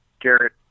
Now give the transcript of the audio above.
Garrett